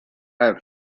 have